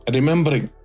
Remembering